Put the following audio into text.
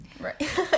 Right